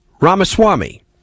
Ramaswamy